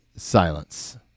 Silence